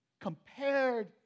compared